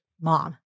mom